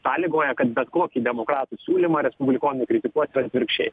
sąlygoja kad bet kokį demokratų siūlymą respublikonai kritikuos ir atvirkščiai